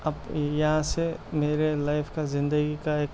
اب یہاں سے میرے لائف کا زندگی کا ایک